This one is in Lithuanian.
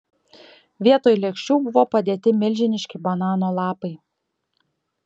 vietoj lėkščių buvo padėti milžiniški banano lapai